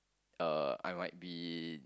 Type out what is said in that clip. uh I might be